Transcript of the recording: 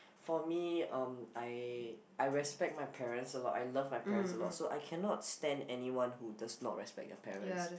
for me um I I respect my parents alot I love my parents alot so I cannot stand anyone who does not respect their parents